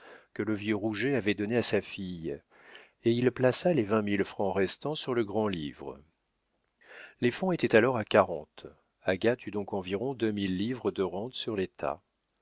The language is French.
que le vieux rouget avait donnés à sa fille et il plaça les vingt mille francs restant sur le grand-livre les fonds étaient alors à quarante agathe eut donc environ deux mille livres de rente sur l'état